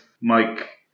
Mike